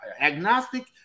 agnostic